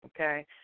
okay